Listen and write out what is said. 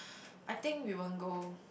I think we won't go